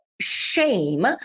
shame